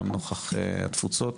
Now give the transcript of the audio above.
גם נוכח התפוצות.